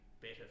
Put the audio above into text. better